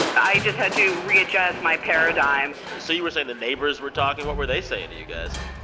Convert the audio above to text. i just had to readjust my paradigm so you were saying the neighbors were talking. what were they saying to you guys?